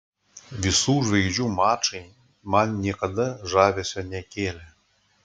visų žvaigždžių mačai man niekada žavesio nekėlė